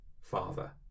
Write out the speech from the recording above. father